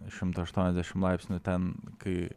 šimtu aštuoniasdešimt laipsnių ten kai